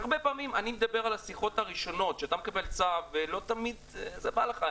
אני מדבר על השיחות הראשונות שלא תמיד זה בא לך,